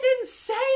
insane